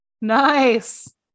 Nice